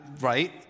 Right